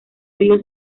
río